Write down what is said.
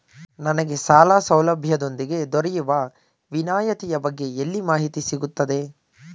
ನನಗೆ ಸಾಲ ಸೌಲಭ್ಯದೊಂದಿಗೆ ದೊರೆಯುವ ವಿನಾಯತಿಯ ಬಗ್ಗೆ ಎಲ್ಲಿ ಮಾಹಿತಿ ಸಿಗುತ್ತದೆ?